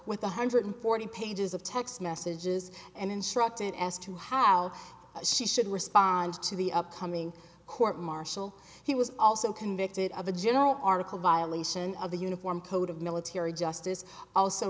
with a hundred forty pages of text messages and instructed as to how she should respond to the upcoming court martial he was also convicted of a general article violation of the uniform code of military justice also